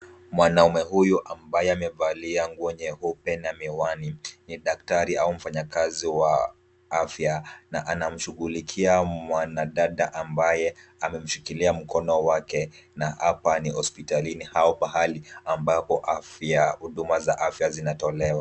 Mwanaume huyu ambaye amevalia nguo nyeupe na miwani. Ni daktari au mfanyikazi wa afya na anamshughulikia mwanadada ambaye amemshikilia mkono wake na hapa ni hospitalini au pahali ambapo huduma za afya zinatolewa.